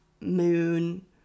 moon